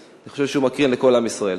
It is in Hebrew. אני חושב שהוא מקרין לכל עם ישראל.